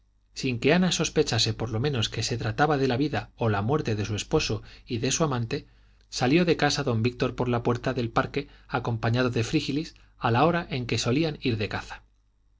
que ana sospechase por lo menos que se trataba de la vida o la muerte de su esposo y de su amante salió de casa don víctor por la puerta del parque acompañado de frígilis a la hora en que solían ir de caza